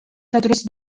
تدرس